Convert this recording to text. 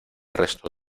resto